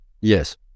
Yes